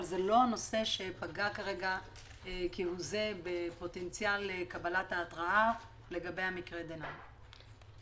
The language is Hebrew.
אבל זה לא הנושא שפגע כהוא זה בפוטנציאל קבלת ההתרעה לגבי המקרה דנן.